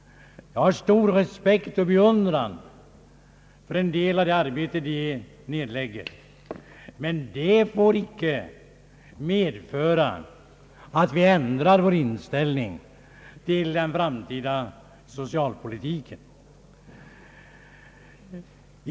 Jag har stor respekt och beundran för en del av det arbete de nedlägger, men det får inte medföra att vi ändrar vår inställning till den framtida socialpolitiken.